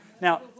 Now